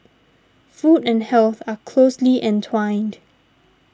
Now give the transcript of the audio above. food and health are closely entwined